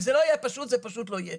אם זה לא יהיה פשוט, זה פשוט לא יהיה.